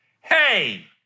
Hey